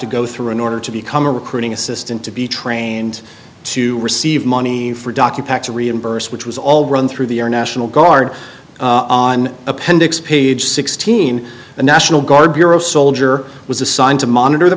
to go through in order to become a recruiting assistant to be trained to receive money for document to reimburse which was all run through the air national guard on appendix page sixteen the national guard bureau soldier was assigned to monitor the